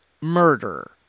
murder